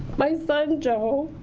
my son joe,